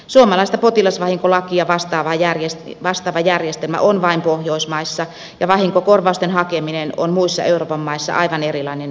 suomalaista potilasvahinkolakia vastaava järjestelmä on vain pohjoismaissa ja vahinkokorvausten hakeminen on muissa euroopan maissa aivan erilainen systeemi